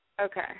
Okay